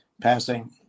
passing